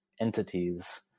entities